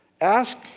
Ask